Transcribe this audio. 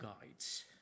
guides